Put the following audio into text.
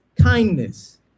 kindness